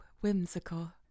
whimsical